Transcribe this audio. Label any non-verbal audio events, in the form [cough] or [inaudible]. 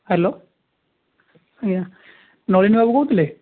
hello [unintelligible] ନଳିନୀବାବୁ କହୁଥିଲେ